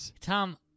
Tom